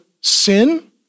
sin